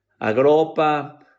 Agropa